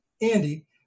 Andy